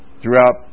throughout